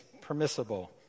permissible